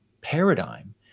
paradigm